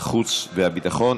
החוץ והביטחון.